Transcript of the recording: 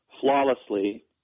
flawlessly